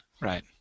right